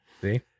See